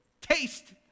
Taste